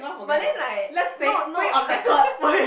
but then like no no